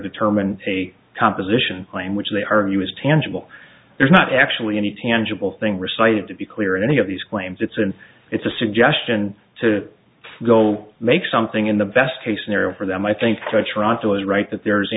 determine a composition claim which they argue is tangible there's not actually any tangible thing recited to be clear in any of these claims it's and it's a suggestion to go make something in the best case scenario for them i think trying to is right that there is